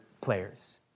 players